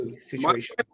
situation